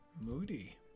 Moody